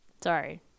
Sorry